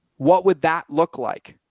what would that look like?